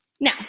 Now